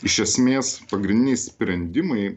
iš esmės pagrindiniai sprendimai